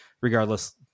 regardless